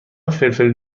فلفل